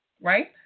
Right